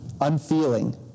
unfeeling